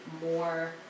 more